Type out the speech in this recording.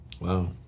Wow